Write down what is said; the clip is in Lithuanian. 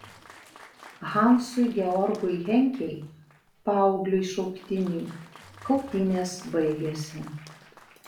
hansui georgui henkei paaugliui šauktiniui kautynės baigėsi